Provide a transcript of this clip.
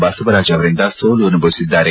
ಬಸವರಾಜ್ ಅವರಿಂದ ಸೋಲು ಅನುಭವಿಸಿದ್ದಾರೆ